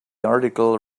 article